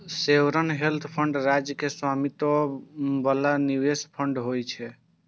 sovereign wealth fund राज्य के स्वामित्व बला निवेश फंड होइ छै